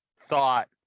thought